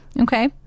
Okay